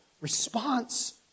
response